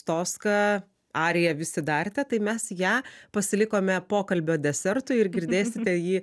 toska ariją visi darėte tai mes ją pasilikome pokalbio desertui ir girdėsite jį